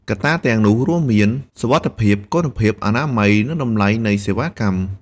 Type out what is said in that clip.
កត្តាទាំងនោះរួមមានសុវត្ថិភាព គុណភាព អនាម័យនិងតម្លៃនៃសេវាកម្ម។